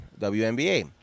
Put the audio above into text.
WNBA